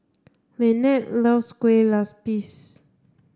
Lynette loves Kueh Lupis